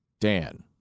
Dan